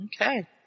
Okay